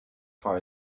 far